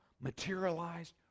materialized